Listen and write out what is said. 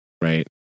right